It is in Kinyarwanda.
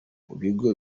bigo